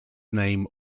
name